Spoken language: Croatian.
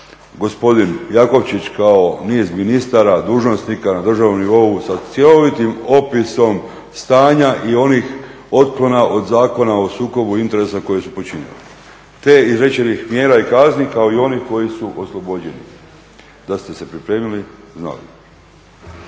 gospodin Jakovčić kao niz ministara, dužnosnika, državnih … sa cjelovitim opisom stanja i onih otklona od Zakona o sukobu interesa koji su počinili te izrečenih mjera i kazni kao i oni koji su oslobođeni. Da ste se pripremili, znali